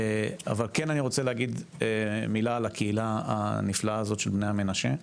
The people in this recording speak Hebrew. כן אני רוצה להגיד מילה על הקהילה הנפלאה הזאת של בני המנשה.